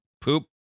Poop